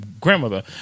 grandmother